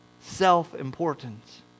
self-importance